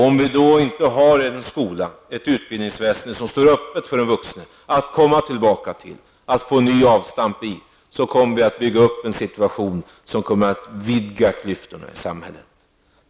Om vi inte har en skola, ett utbildningsväsende, som står öppet för den vuxne att komma tillbaka till och få ny avstamp i kommer vi att bygga upp en situation som vidgar klyftorna i samhället.